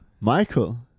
Michael